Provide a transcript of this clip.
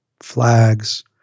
flags